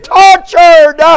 tortured